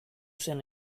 zen